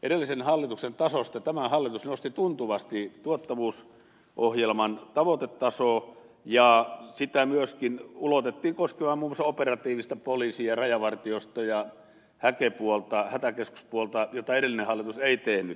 edellisen hallituksen tasosta tämä hallitus nosti tuntuvasti tuottavuusohjelman tavoitetasoa ja sitä myöskin ulotettiin koskemaan muun muassa operatiivista poliisi ja rajavartiosto ja hätäkeskuspuolta mitä edellinen hallitus ei tehnyt